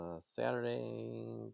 Saturday